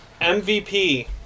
MVP